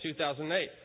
2008